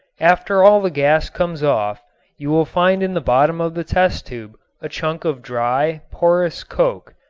after all the gas comes off you will find in the bottom of the test tube a chunk of dry, porous coke.